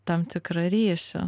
tam tikrą ryšį